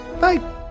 Bye